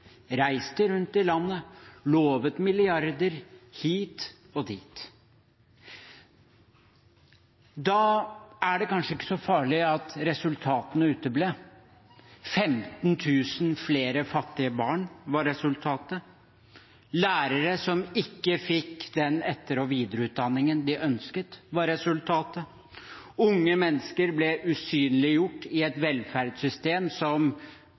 reiste rundt i landet og lovet milliarder hit og dit. Da er det kanskje ikke så farlig at resultatene uteble. 15 000 flere fattige barn var resultatet. Lærere som ikke fikk den etter- og videreutdanningen de ønsket, var resultatet. Unge mennesker som ble usynliggjort i et velferdssystem som